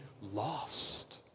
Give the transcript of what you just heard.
lost